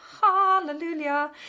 hallelujah